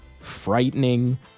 frightening